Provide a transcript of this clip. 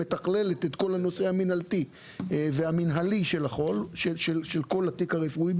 שמתכללת את כל הנושא המנהלתי והמנהלי של כל התיק הרפואי,